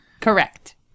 Correct